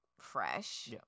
fresh